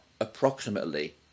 approximately